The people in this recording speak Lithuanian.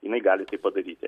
jinai gali tai padaryti